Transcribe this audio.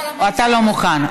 לדחות לשבוע הבא.